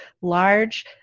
large